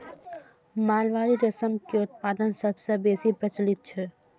mulberry रेशम के उत्पादन सबसं बेसी प्रचलित छै